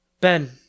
Ben